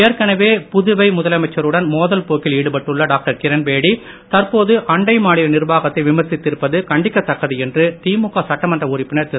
ஏற்கனவே புதுவை முதலமைச்சருடன் மோதல் போக்கில் ஈடுபட்டுள்ள டாக்டர் கிரண்பேடி தற்போது அண்டை மாநில நிர்வாகத்தை விமர்சித்திருப்பது கண்டிக்கத் தக்கது என்று திமுக சட்டமன்ற உறுப்பினர் திரு